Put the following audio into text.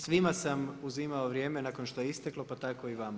Svima sam uzimao vrijeme nakon što je isteklo, pa tako i vama.